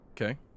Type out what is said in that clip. Okay